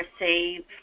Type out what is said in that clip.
receive